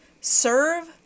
serve